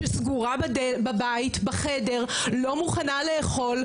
חוץ מהמרכז של ד"ר צוברי, לא היה לי לאן ללכת.